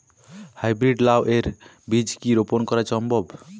High breed লাও এর বীজ কি রোপন করা সম্ভব?